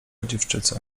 dziewczyco